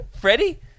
Freddie